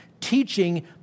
teaching